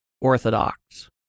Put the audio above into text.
Orthodox